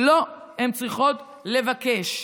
לא, הן צריכות לבקש.